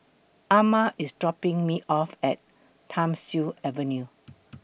Ama IS dropping Me off At Thiam Siew Avenue